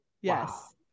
Yes